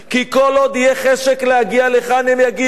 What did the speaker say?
כי כל עוד יהיה חשק להגיע לכאן הם יגיעו,